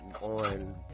on